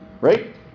Right